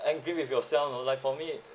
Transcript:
angry with yourself you know like for me